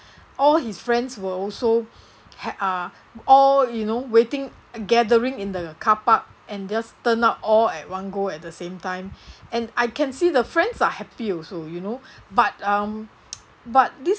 all his friends were also had uh all you know waiting gathering in the car park and they turn out all at one go at the same time and I can see the friends are happy also you know but um but this